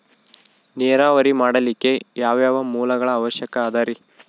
ನೇರಾವರಿ ಮಾಡಲಿಕ್ಕೆ ಯಾವ್ಯಾವ ಮೂಲಗಳ ಅವಶ್ಯಕ ಅದರಿ?